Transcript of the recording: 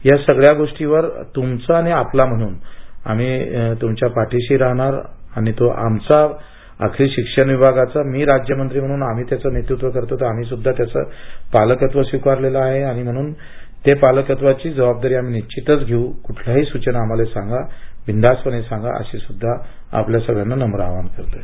या सगळ्या गोटीवार तृमचा आणि आपला म्हणून आम्ही तृमच्या पाठीशी राहणार आणि तो आमचा अखेर शिक्षण विभागाचा मे राज्यमंत्री म्हणून आन्ही त्याच नेतृत्व करतो म्हणून आम्ही सुद्धा त्याच पालकत्व स्वीकारलेल आहे आणि म्हणून त्या पालकत्वाच जबाबदारी आम्ही निबितच धेऊकुठल्याही सुदना आम्हाला सांगा अगदी बिनधास्तपणे सांगा असा सुद्धा आपल्या सर्वाना नम्र आवाहन करतो आहे